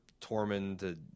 Tormund